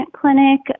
clinic